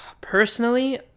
Personally